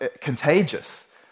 contagious